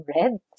red